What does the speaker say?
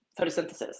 photosynthesis